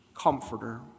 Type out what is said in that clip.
comforter